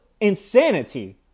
insanity